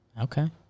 Okay